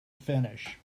finish